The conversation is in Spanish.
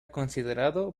considerado